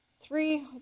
three